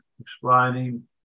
explaining